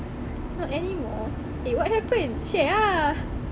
not anymore eh what happened share ah